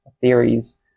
theories